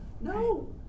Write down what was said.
No